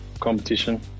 competition